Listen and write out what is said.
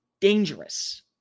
dangerous